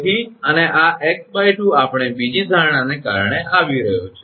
તેથી અને આ 𝑥2 આપણી બીજી ધારણાને કારણે આવી રહ્યું છે